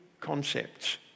concepts